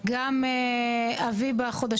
בגרפים